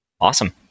Awesome